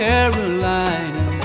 Carolina